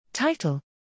Title